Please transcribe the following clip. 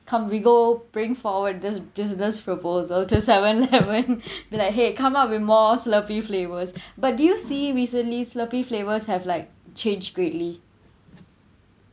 come we go bring forward this business proposal to seven eleven be like !hey! come up with more slurpee flavours but do you see recently slurpee flavours have like change greatly